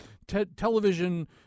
Television